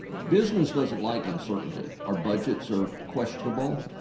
business doesn't like uncertainty. our budgets are questionable.